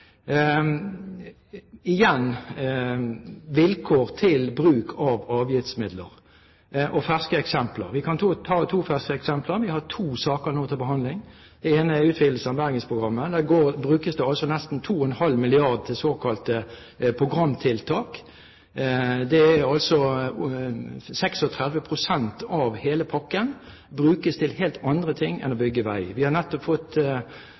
Igjen – vilkår for bruk av avgiftsmidler og ferske eksempler: Vi kan ta to ferske eksempler, for vi har nå to saker til behandling. Den ene er utvidelse av Bergensprogrammet. Der brukes det nesten 2,5 mrd. kr til såkalte programtiltak. 36 pst. av hele pakken brukes altså til helt andre ting enn til å bygge vei. Vi har nettopp fått